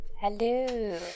hello